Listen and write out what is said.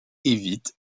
évite